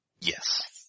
Yes